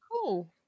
Cool